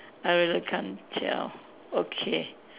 I really can't tell okay